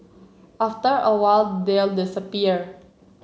after a while they'll disappear